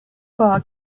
bar